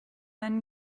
then